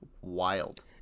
wild